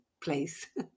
place